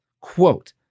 quote